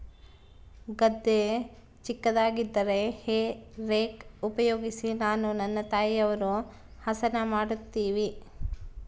ಗದ್ದೆ ಚಿಕ್ಕದಾಗಿದ್ದರೆ hay rake ಉಪಯೋಗಿಸಿ ನಾನು ನನ್ನ ತಾಯಿಯವರು ಹಸನ ಮಾಡುತ್ತಿವಿ